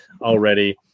already